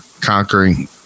conquering